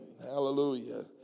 Hallelujah